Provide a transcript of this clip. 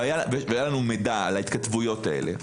והיה לנו מידע על ההתכתבויות האלה,